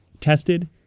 tested